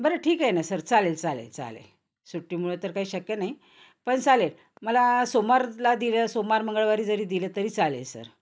बरं ठीक आहे ना सर चालेल चालेल चालेल सुट्टीमुळे तर काही शक्य नाही पण चालेल मला सोमवारला दिलं सोमवार मंगळवारी जरी दिलं तरी चालेल सर